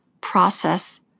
process